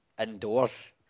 Indoors